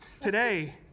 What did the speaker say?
Today